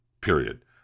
period